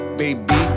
baby